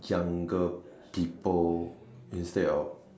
younger people instead of